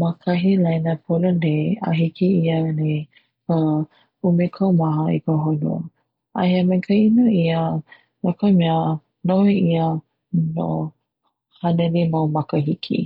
ma kahi laina pololei, a hiki ia nei ka ʻumekaumaha i ka honua, a he maikaʻi no ia no ka mea noho ʻia nō hāneli mau makahiki.